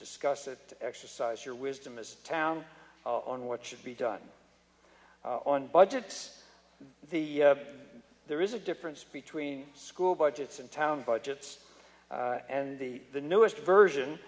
discuss that exercise your wisdom is town on what should be done on budgets the there is a difference between school budgets and town budgets and the the newest version